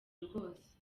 rwose